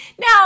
Now